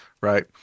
right